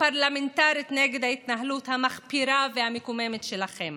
פרלמנטרית נגד ההתנהלות המחפירה והמקוממת שלכם.